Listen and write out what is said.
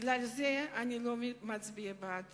בגלל זה אני לא מצביעה בעד